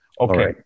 Okay